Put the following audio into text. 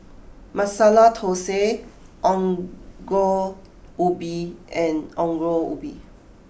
Masala Thosai Ongol Ubi and Ongol Ubi